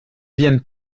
viennent